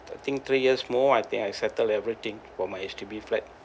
I think three years more I think I settle everything for my H_D_B flat